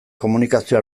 komunikazio